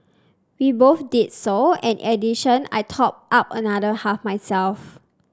we both did so and addition I topped up another half myself